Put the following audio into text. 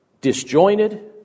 disjointed